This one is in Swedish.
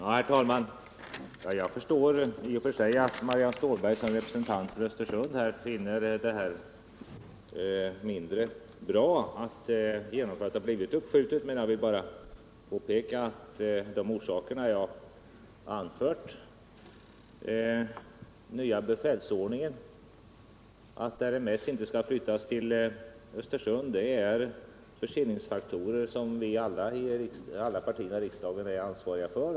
Herr talman! Jag förstår i och för sig att Marianne Stålberg som representant för Östersund finner det mindre bra att genomförandet har blivit uppskjutet, men jag vill påpeka att de orsaker jag anfört — den nya befälsordningen och beslutet att RMS inte skall flyttas till Östersund — är förseningsfaktorer som alla partierna i riksdagen är ansvariga för.